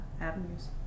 avenues